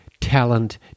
talent